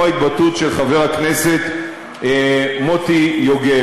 כמו ההתבטאות של חבר הכנסת מוטי יוגב,